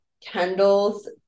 kendall's